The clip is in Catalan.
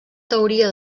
teoria